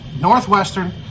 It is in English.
Northwestern